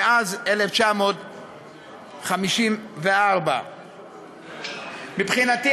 מאז 1954. מבחינתי,